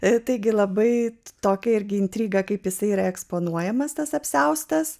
ir taigi labai tokia irgi intriga kaip jis yra eksponuojamas tas apsiaustas